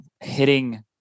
hitting